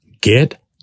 get